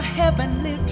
heavenly